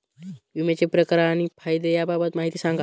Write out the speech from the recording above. विम्याचे प्रकार आणि फायदे याबाबत माहिती सांगा